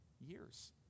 Years